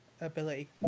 ability